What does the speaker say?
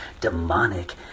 Demonic